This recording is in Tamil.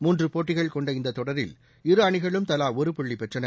மூன்று போட்டிகள் கொண்ட இந்தத் தொடரில் இரு அணிகளும் தவா ஒரு புள்ளி பெற்றுள்ளன